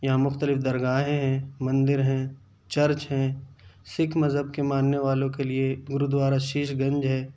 یہاں مختلف درگاہیں ہیں مندر ہیں چرچ ہیں سکھ مذہب کے ماننے والوں کے لیے گرودوارہ شیش گنج ہے